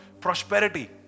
prosperity